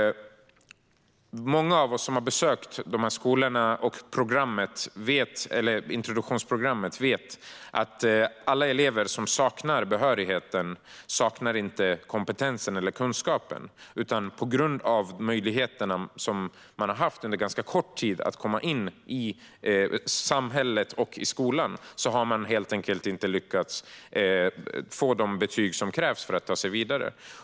Många av oss som har besökt skolorna och introduktionsprogrammet vet att inte alla elever som saknar behörighet saknar kompetensen eller kunskapen. På grund av att de endast en kort tid har haft möjlighet att komma in i samhället och skolan har de helt enkelt inte lyckats få de betyg som krävs för att ta sig vidare.